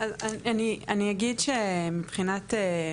אז אני אגיד שמבחינת,